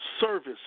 service